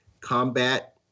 combat